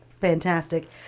Fantastic